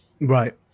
right